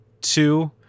two